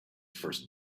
first